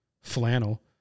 flannel